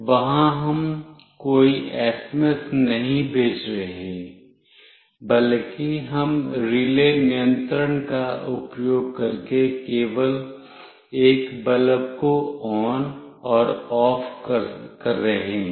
वहां हम कोई एसएमएस नहीं भेज रहे हैं बल्कि हम रिले नियंत्रण का उपयोग करके केवल एक बल्ब को ON और OFF कर रहे हैं